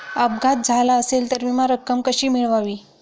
अपघात झाला असेल तर विमा रक्कम कशी मिळवावी?